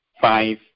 five